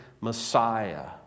Messiah